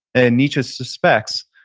and nietzsche suspects,